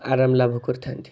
ଆରମ ଲାଭ କରିଥାନ୍ତି